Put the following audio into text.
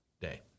day